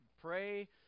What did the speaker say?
pray